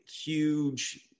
huge